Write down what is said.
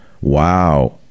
wow